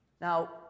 Now